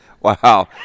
wow